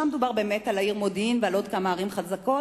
דובר על העיר מודיעין ועל עוד כמה ערים חזקות,